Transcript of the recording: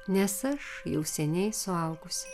nes aš jau seniai suaugusi